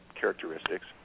characteristics